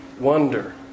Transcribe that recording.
Wonder